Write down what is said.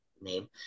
name